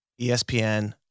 ESPN